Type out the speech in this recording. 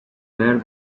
where